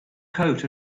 coat